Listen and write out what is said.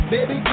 Baby